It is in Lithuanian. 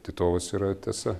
titovas yra tiesa